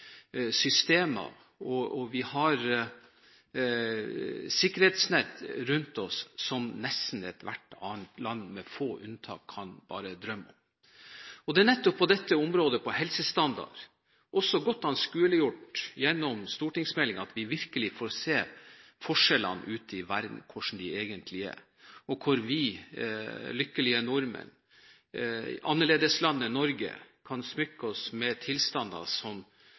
ethvert annet land – med få unntak – bare kan drømme om. Det er nettopp på dette området – på helsestandard, også godt anskueliggjort gjennom stortingsmeldingen – at vi virkelig får se hvordan forskjellene ute i verden egentlig er, og hvor vi som lykkelige nordmenn i annerledeslandet Norge kan smykke oss med tilstander som